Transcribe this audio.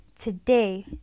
Today